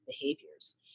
behaviors